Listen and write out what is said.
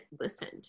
listened